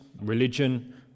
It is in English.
religion